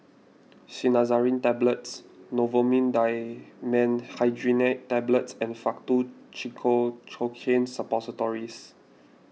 Cinnarizine Tablets Novomin Dimenhydrinate Tablets and Faktu Cinchocaine Suppositories